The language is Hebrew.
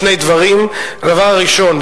שני דברים: הדבר הראשון,